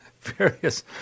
various